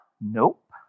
Nope